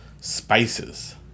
Spices